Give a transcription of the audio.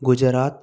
Gujarat